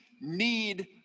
need